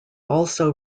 also